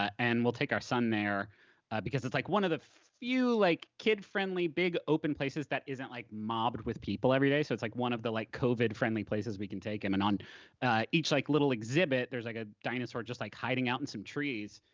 and we'll take our son there because it's like one of the few like kid-friendly, big open places that isn't like mobbed with people everyday, so it's like one of the like covid-friendly places we can take him. and on each like little exhibit, there's like a dinosaur just like hiding out in some trees.